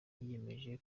yiyemeje